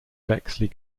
bexley